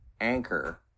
Anchor